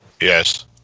Yes